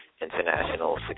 international